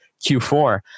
Q4